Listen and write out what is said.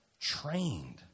Trained